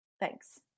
Thanks